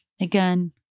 Again